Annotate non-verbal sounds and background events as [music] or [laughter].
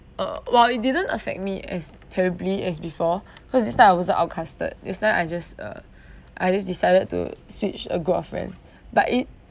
[breath] uh well it didn't affect me as terribly as before [breath] cause this time I wasn't outcasted this time I just uh [breath] I just decided to switch a group of friends [breath] but it